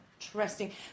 interesting